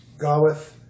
Gawith